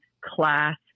class